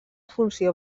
funció